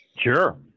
Sure